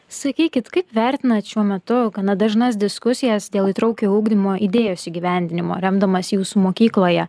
sakykit kaip vertinat šiuo metu gana dažnas diskusijas dėl įtraukiojo ugdymo idėjos įgyvendinimo remdamas jūsų mokykloje